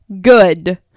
Good